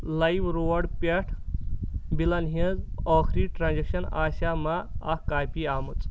لایِم Road پٮ۪ٹھ بِلن ہٕنٛز ٲخری ٹرانزیکشن ٲسے مہ اکھ کاپی آمٕژ؟